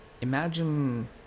Imagine